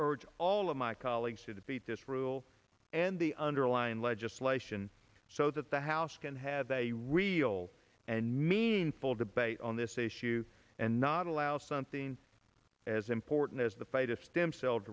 urge all of my colleagues to defeat this rule and the underlying legislation so that the house can have a real and meaningful debate on this issue and not allow something as important as the fate of stem cell